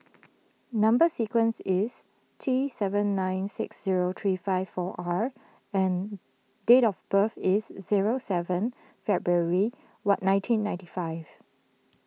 Number Sequence is T seven nine six zero three five four R and date of birth is zero seven February what nineteen ninety five